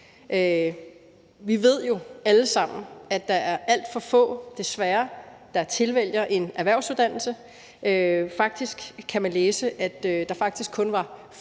Vi ved jo alle sammen, at der desværre er alt for få, der tilvælger en erhvervsuddannelse. Faktisk kan man læse, at der kun var 5